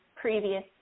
previous